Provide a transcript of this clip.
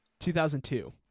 2002